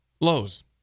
lows